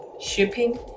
Shipping